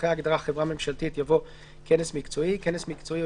אחרי ההגדרה "חברה ממשלתית" יבוא : ""כנס מקצועי" כנס מקצועי או